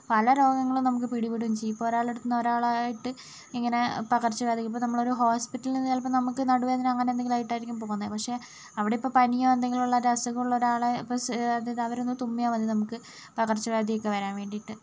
പല രോഗങ്ങളും നമുക്ക് പിടിപെടുകയും ചെയ്യും ഇപ്പോൾ ഒരാളടുത്തു നിന്ന് ഒരാളുമായിട്ട് ഇങ്ങനെ പകർച്ചവ്യാധികൾ ഇപ്പം നമ്മളൊരു ഹോസ്പിറ്റലിൽ നിന്ന് ചിലപ്പം നമുക്ക് നടുവേദന അങ്ങനെ എന്തെങ്കിലും ആയിട്ടായിരിക്കും പോകുന്നത് പക്ഷെ അവിടെയിപ്പോൾ പനിയോ എന്തെങ്കിലുമുള്ള ഒരസുഖമുള്ളൊരാളെ ഇപ്പോൾ അവരൊന്ന് തുമ്മിയാൽ മതി നമുക്ക് പകർച്ചവ്യാധിയൊക്കെ വരാൻ വേണ്ടിയിട്ട്